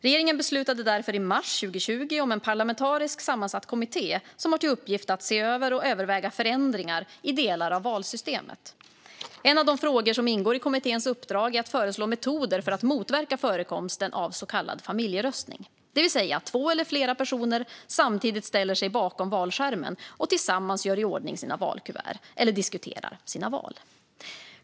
Regeringen beslutade därför i mars 2020 om en parlamentariskt sammansatt kommitté som har till uppgift att se över och överväga förändringar i delar av valsystemet. En av de frågor som ingår i kommitténs uppdrag är att föreslå metoder för att motverka förekomsten av så kallad familjeröstning, det vill säga att två eller flera personer samtidigt ställer sig bakom valskärmen och tillsammans gör i ordning sina valkuvert eller diskuterar sina val.